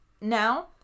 now